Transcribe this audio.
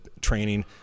Training